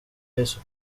yesu